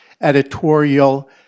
editorial